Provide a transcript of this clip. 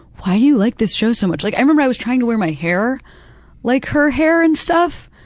why do you like this show so much? like, i remember i was trying to wear my hair like her hair and stuff.